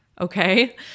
Okay